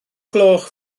gloch